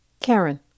Karen